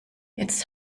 jetzt